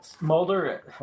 Mulder